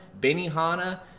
Benihana